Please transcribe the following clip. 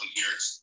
years